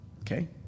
Okay